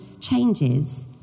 changes